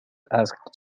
asked